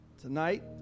tonight